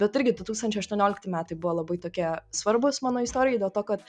bet irgi du tūkstančiai aštuoniolikti metai buvo labai tokie svarbūs mano istorijai dėl to kad